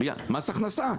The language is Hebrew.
מס הכנסה.